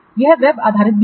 यह वेब आधारित भी है